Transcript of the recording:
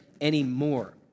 anymore